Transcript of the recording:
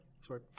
Sorry